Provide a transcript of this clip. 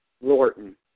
Lorton